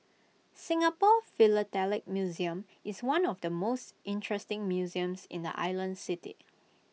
Singapore philatelic museum is one of the most interesting museums in the island city